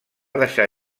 deixar